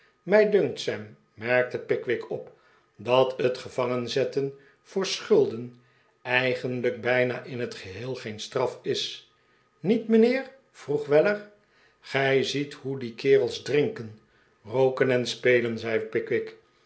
dunkt sam merkte pickwick op dat het gevangenzetten voor schulden eigenlijk bijna in t geheel geen straf is niet mijnheer vroeg weller gij ziet hoe die kerels drinken robken en spelen zei pickwick